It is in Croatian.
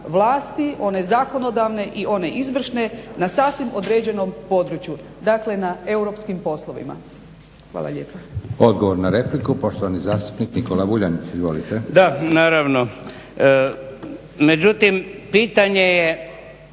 vlasti, one zakonodavne i one izvršne na sasvim određenom području, dakle na europskim poslovima. Hvala lijepa. **Leko, Josip (SDP)** Odgovor na repliku poštovani zastupnik Nikola Vuljanić. Izvolite. **Vuljanić, Nikola